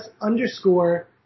underscore